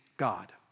God